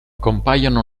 compaiono